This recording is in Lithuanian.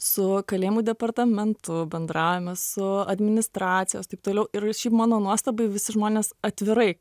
su kalėjimų departamentu bendraujame su administracijos taip toliau ir mano nuostabai visi žmonės atvirai